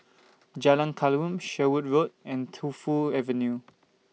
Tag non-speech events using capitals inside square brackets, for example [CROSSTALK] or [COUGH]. Jalan [UNINTELLIGIBLE] Sherwood Road and Tu Fu Avenue